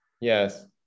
Yes